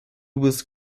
was